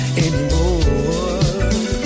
anymore